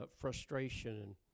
frustration